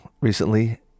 recently